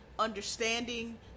understanding